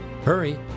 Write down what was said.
hurry